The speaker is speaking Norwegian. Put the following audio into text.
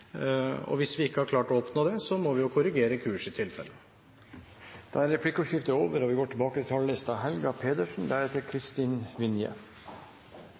og hvis vi ikke har klart å oppnå det, må vi i tilfelle korrigere kursen. Replikkordskiftet er